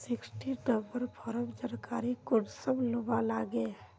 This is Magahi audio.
सिक्सटीन नंबर फार्मेर जानकारी कुंसम लुबा लागे?